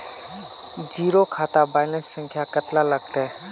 Zero खाता balance संख्या कतला लगते?